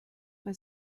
bei